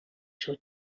шүү